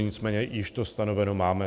Nicméně již to stanoveno máme.